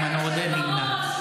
אה,